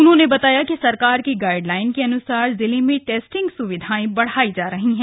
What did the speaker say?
उन्होंने बताया कि सरकार की गाइडलाइन के अन्सार जिले में टेस्टिंग सुविधाएं बढ़ाई जा रही है